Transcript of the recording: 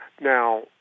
Now